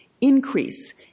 increase